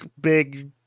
big